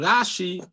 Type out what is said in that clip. Rashi